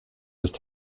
ist